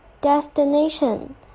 destination